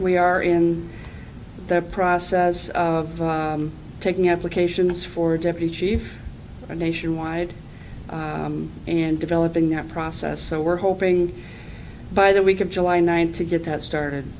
we are in the process of taking applications for deputy chief a nationwide and developing that process so we're hoping by the week of july ninth to get that started